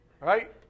right